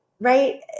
Right